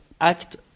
act